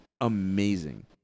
amazing